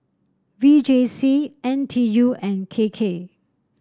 V J C N T U and K K